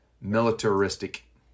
militaristic